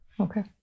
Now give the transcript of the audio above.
Okay